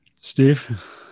Steve